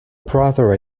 brother